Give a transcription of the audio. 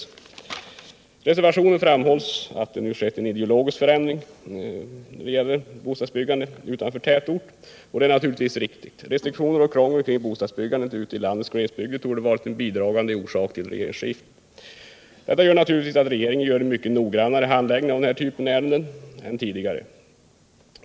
I reservationen framhålls att det nu skett en ideologisk förändring när det gäller bostadsbyggande utanför tätort, och det är naturligtvis riktigt. Restriktioner och krångel kring bostadsbyggandet ute i landets glesbygder torde ha varit en bidragande orsak till regeringsskiftet. Detta gör naturligtvis att regeringen handlägger ärenden av denna typ mycket noggrannare än den föregående regeringen gjorde.